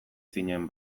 zinen